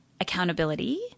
accountability